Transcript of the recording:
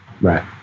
right